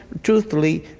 truthfully,